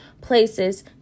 places